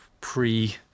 pre